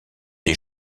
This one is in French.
des